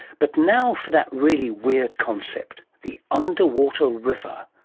but now for that really weird concept the underwater river.